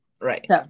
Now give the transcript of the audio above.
right